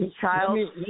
child